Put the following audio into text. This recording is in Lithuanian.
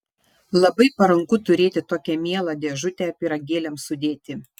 labai paranku turėti tokią mielą dėžutę pyragėliams sudėti